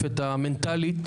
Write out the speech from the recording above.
המעטפת המנטאלית